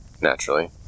naturally